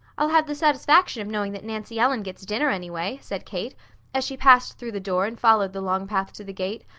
i'll have the satisfaction of knowing that nancy ellen gets dinner, anyway, said kate as she passed through the door and followed the long path to the gate,